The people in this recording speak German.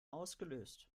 ausgelöst